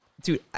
Dude